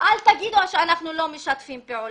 אל תגידו שאנחנו לא משתפים פעולה.